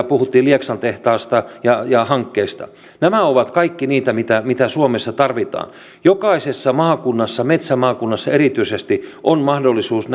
puhuttiin lieksan tehtaasta ja ja hankkeesta nämä ovat kaikki niitä mitä mitä suomessa tarvitaan jokaisessa maakunnassa metsämaakunnassa erityisesti on mahdollisuus